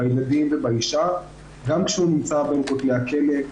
בילדים ובאישה גם כשהוא נמצא בין כותלי הכלא.